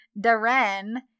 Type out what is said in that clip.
Darren